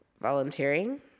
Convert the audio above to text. volunteering